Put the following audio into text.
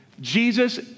Jesus